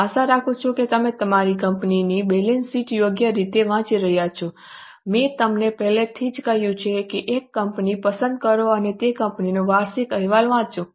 હું આશા રાખું છું કે તમે તમારી કંપનીની બેલેન્સ શીટ યોગ્ય રીતે વાંચી રહ્યા છો મેં તમને પહેલેથી જ કહ્યું છે કે એક કંપની પસંદ કરો અને તે કંપનીનો વાર્ષિક અહેવાલ વાંચો